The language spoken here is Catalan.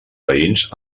veïns